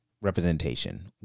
representation